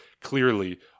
clearly